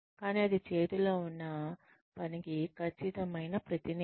కానీ అది చేతిలో ఉన్న పనికి ఖచ్చితమైన ప్రతినిధి